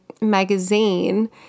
magazine